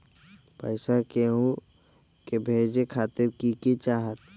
पैसा के हु के भेजे खातीर की की चाहत?